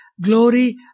Glory